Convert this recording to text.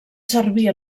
servir